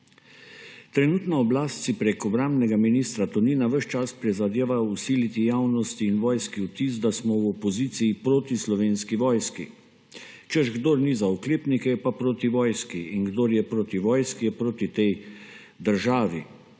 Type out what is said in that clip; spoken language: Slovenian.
Trenutna oblast si prek obrambnega ministra Tonina ves čas prizadeva vsiliti javnosti in vojski vtis, da smo v opoziciji proti Slovenski vojski, češ, kdor ni za oklepnike, je pa proti vojski, in kdor je proti vojski, je proti tej državi.